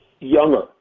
younger